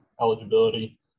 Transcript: eligibility